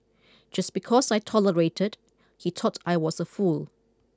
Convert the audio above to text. just because I tolerated he thought I was a fool